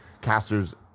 casters